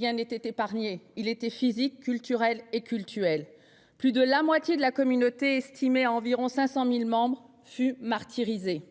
et n'épargnait rien : il était physique, culturel et cultuel. Plus de la moitié de la communauté, estimée à environ 500 000 membres, fut martyrisée.